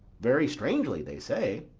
very strangely, they say.